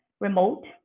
remote